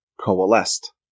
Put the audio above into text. coalesced